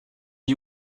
die